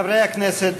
חברי הכנסת